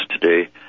today